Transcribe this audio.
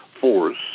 force